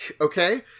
okay